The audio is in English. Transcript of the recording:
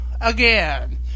again